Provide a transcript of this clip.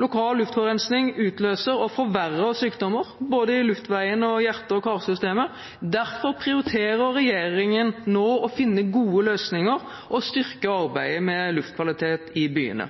Lokal luftforurensning utløser og forverrer sykdommer både i luftveiene og i hjerte- og karsystemet. Derfor prioriterer regjeringen nå å finne gode løsninger og styrke arbeidet med luftkvalitet i byene.